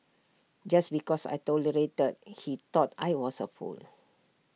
just because I tolerated he thought I was A fool